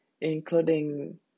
including